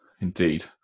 Indeed